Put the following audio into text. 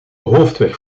hoofdweg